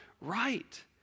right